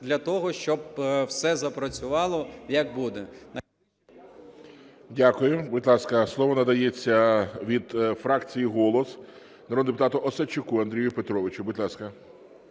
для того, щоб все запрацювало, як буде…